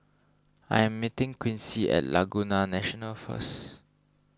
I am meeting Quincy at Laguna National first